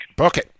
Okay